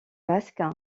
basque